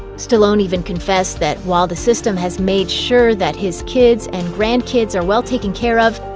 stallone even confessed that while the system has made sure that his kids and grandkids are well taken care of,